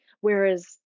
whereas